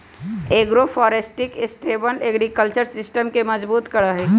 agroforestry sustainable agriculture system के मजबूत करा हई